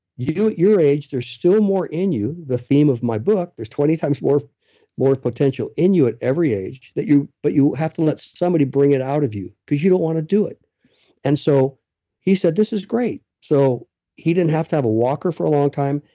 at your age, there's still more in you. the theme of my book, there's twenty times more more potential in you at every age that you but you have to let somebody bring it out of you because you don't want to do it and so he said, this is great. so he didn't have to have a walker for a long time.